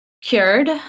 cured